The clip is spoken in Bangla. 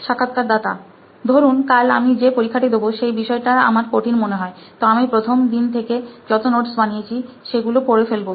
সাক্ষাৎকারদাতা ধরুন কাল আমি যে পরীক্ষাটি দেবো সেই বিষয়টা আমার কঠিন মনে হয় তো আমি প্রথম দিন থেকে যত নোটস বানিয়েছি সেগুলো পরে ফেলবো